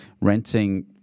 renting